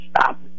stop